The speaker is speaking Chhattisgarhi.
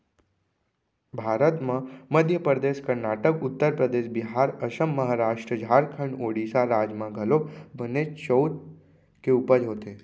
भारत म मध्य परदेस, करनाटक, उत्तर परदेस, बिहार, असम, महारास्ट, झारखंड, ओड़ीसा राज म घलौक बनेच चाँउर के उपज होथे